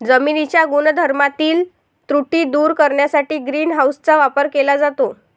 जमिनीच्या गुणधर्मातील त्रुटी दूर करण्यासाठी ग्रीन हाऊसचा वापर केला जातो